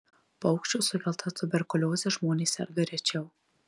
paukščių sukelta tuberkulioze žmonės serga rečiau